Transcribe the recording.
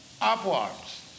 upwards